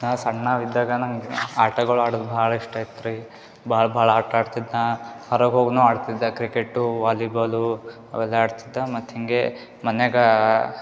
ನಾ ಸಣ್ಣವ ಇದ್ದಾಗ ನಂಗೆ ಆಟಗಳು ಆಡೋದು ಭಾಳ ಇಷ್ಟ ಇತ್ತು ರೀ ಭಾಳ ಭಾಳ ಆಟ ಆಡ್ತಿದ್ದೆ ನಾ ಹೊರಗೆ ಹೋಗೂ ಆಡ್ತಿದ್ದೆ ಕ್ರಿಕೆಟ್ಟು ವಾಲಿ ಬಾಲು ಅವೆಲ್ಲ ಆಡ್ತಿದ್ದೆ ಮತ್ತೆ ಹಿಂಗೆ ಮನೆಯಾಗ